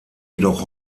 jedoch